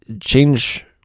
change